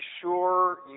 sure